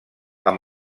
amb